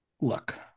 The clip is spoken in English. look